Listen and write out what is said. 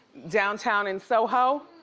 downtown in soho.